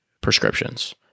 prescriptions